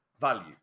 value